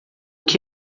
que